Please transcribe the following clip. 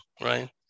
right